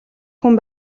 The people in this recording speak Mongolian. хүн